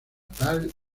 tal